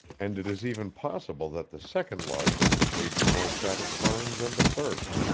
and it is even possible that the second love may be more satisfying than the first,